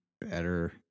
better